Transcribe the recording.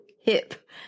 hip